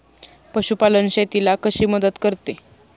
पशुपालन शेतीला कशी मदत करते?